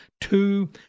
two